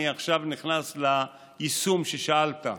אני עכשיו נכנס ליישום ששאלת עליו.